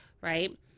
right